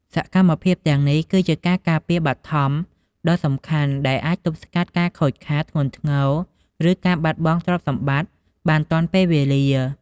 សកម្មភាពទាំងនេះ គឺជាការការពារបឋមដ៏សំខាន់ ដែលអាចទប់ស្កាត់ការខូចខាតធ្ងន់ធ្ងរ ឬការបាត់បង់ទ្រព្យសម្បត្តិបានទាន់ពេលវេលា។